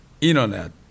internet